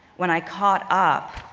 when i caught up,